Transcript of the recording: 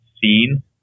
scene